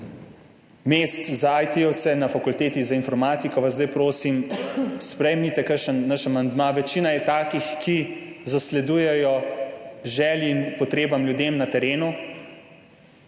mest za IT-jevce na fakulteti za informatiko, zdaj vas prosim, sprejmite kakšen naš amandma, večina je takih, ki zasledujejo želje in potrebe ljudi na terenu.